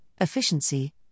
efficiency